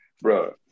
Bro